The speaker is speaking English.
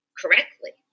correctly